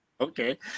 Okay